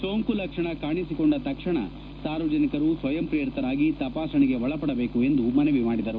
ಸೋಂಕು ಲಕ್ಷಣ ಕಾಣಿಸಿಕೊಂಡ ತಕ್ಷಣ ಸಾರ್ವಜನಿಕರು ಸ್ನಯಂಪ್ರೇರಿತರಾಗಿ ತಪಾಸಣೆಗೆ ಒಳಪಡಬೇಕು ಎಂದು ಮನವಿ ಮಾಡಿದರು